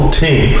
team